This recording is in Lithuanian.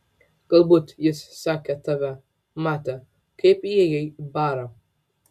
galbūt jis sekė tave matė kaip įėjai į barą